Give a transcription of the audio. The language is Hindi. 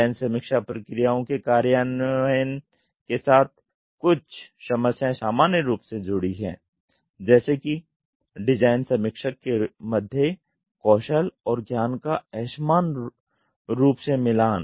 डिज़ाइन समीक्षा प्रक्रियाओं के कार्यान्वयन के साथ कुछ समस्याएं सामान्य रूप से जुड़ी हैं जैसे कि डिज़ाइन समीक्षक टीम के मध्य कौशल और ज्ञान का असमान रूप से मिलान